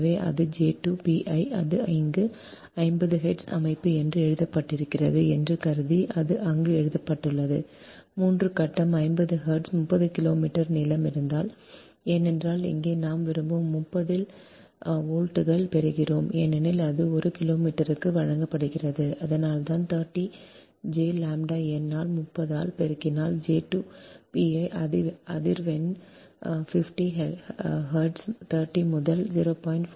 எனவே அது j 2 pi அது அங்கு 50 Hz அமைப்பு என்று எழுதப்பட்டிருக்கிறது என்று கருதி அது அங்கு எழுதப்பட்டுள்ளது 3 கட்டம் 50 ஹெர்ட்ஸ் 30 கிலோமீட்டர் நீளம் இருந்தால் ஏனென்றால் இங்கே நாம் விரும்பும் 30 ல் வோல்ட்டுகளில் பெருகுகிறோம் ஏனெனில் இது ஒரு கிலோமீட்டருக்கு வழங்கப்படுகிறது அதனால்தான் 30 jΩ ʎ n ஆல் 30 ஆல் பெருக்கினால் j 2 pi அதிர்வெண் 50 ஹெர்ட்ஸ் 30 முதல் 0